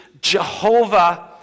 Jehovah